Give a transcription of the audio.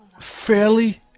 fairly